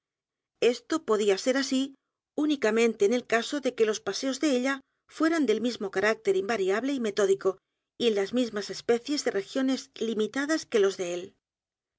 esto podía ser así únicamente en el caso de que los paseos d e ella fueran del mismo carácter invariable y metódico y en las mismas esp ecíes de regiones limitadas que l o s de él